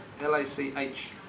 L-A-C-H